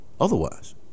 otherwise